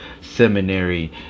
seminary